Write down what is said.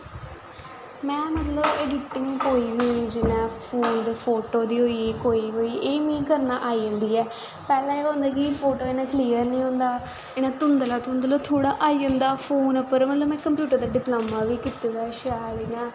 में मतलब अडिटिंग कोई बी जि'यां फोन दे फोटो गी होई गेई कोई बी होआ होई एह् मिगी आई जंदी ऐ पैह्लैं केह् होंदा कि फोटो इन्नी क्लेयर नेईं होंदा इ'यां धुंधला धुंधला मतलब आई जंदा हा फोन उप्पर में कंप्यूटर दा डिप्लमा बी कीते दा शैल इ'यां